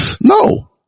no